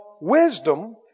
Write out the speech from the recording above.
Wisdom